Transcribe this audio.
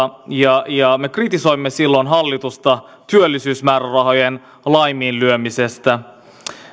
neljättä lisätalousarviota ja me kritisoimme silloin hallitusta työllisyysmäärärahojen laiminlyömisestä